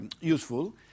useful